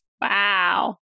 Wow